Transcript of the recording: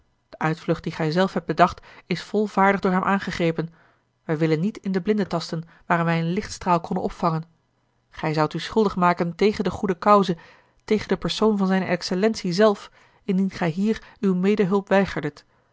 de uitvlucht die gij zelf hebt bedacht is volvaardig door hem aangegrepen wij willen niet in den blinde tasten waar wij een lichtstraal konnen opvangen gij zoudt u schuldig maken tegen de goede cause tegen den persoon van zijne excellentie zelf indien gij hier uwe medehulp weigerdet